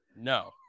No